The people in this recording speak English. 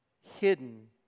hidden